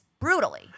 brutally